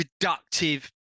reductive